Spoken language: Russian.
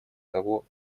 того